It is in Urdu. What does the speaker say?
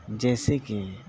جیسے کہ